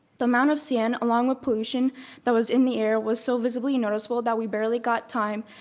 the amount of sand, along with pollution that was in the air, was so visibly noticeable that we barely got time,